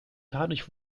dadurch